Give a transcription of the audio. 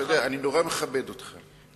אני נורא מכבד אותך,